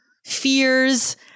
Fears